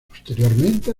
posteriormente